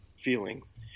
feelings